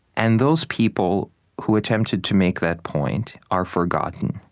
and those people who attempted to make that point are forgotten.